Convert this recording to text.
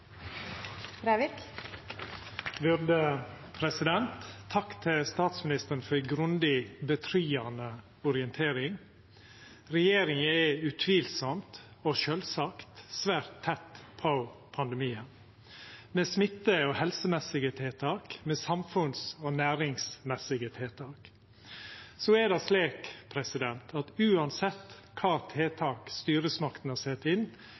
og sjølvsagt, svært tett på pandemien – med smitte- og helsemessige tiltak, med samfunns- og næringsmessige tiltak. Så er det slik at uansett kva tiltak styresmaktene set inn,